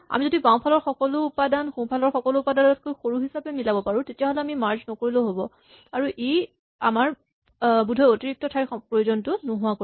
আমি যদি বাওঁফালৰ সকলো উপাদান সোঁফালৰ উপাদানতকৈ সৰু হিচাপে মিলাব পাৰো তেতিয়াহ'লে আমি মাৰ্জ নকৰিলেও হ'ব আৰু ই আমাৰ বোধহয় অতিৰিক্ত ঠাইৰ প্ৰয়োজনটো নোহোৱা কৰিব